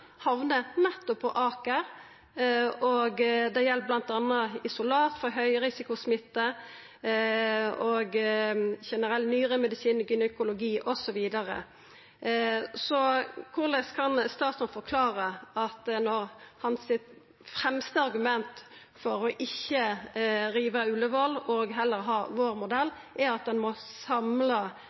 gjeld bl.a. isolat for høgrisikosmitte, generell nyremedisin, gynekologi osv. Korleis kan statsråden forklara at hans fremste argument for ikkje å riva Ullevål og heller ha vår modell, er at ein må samla